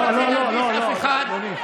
אני לא רוצה להביך אף אחד,